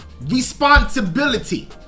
responsibility